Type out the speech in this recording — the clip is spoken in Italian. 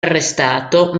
arrestato